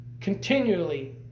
Continually